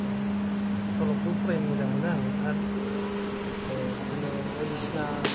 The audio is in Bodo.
सल'कबो फरायनो मोजां मोनो आङो आर बिदिनो बायदिसिना